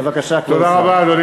בבקשה, כבוד השר.